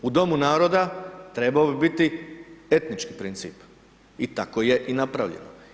U Domu naroda trebao bi biti etnički princip i tako je i napravljeno.